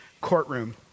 Courtroom